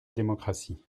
démocratie